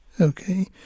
Okay